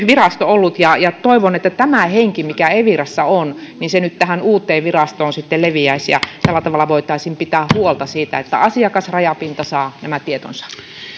virasto ja ja toivon että tämä henki mikä evirassa on nyt leviäisi tähän uuteen virastoon ja tällä tavalla voitaisiin pitää huolta siitä että asiakasrajapinta saa nämä tietonsa